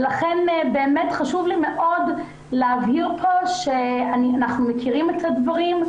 לכן באמת חשוב לי מאוד להבהיר פה שאנחנו מכירים את הדברים.